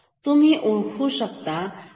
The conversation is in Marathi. तुम्ही ओळखू शकता का